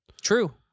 true